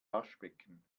waschbecken